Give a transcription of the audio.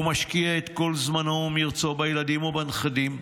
הוא משקיע את כל זמנו ומרצו בילדים ובנכדים.